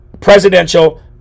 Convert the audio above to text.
presidential